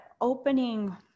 opening